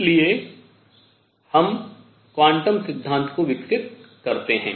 इसलिए हम क्वांटम सिद्धांत को विकसित करते हैं